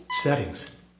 Settings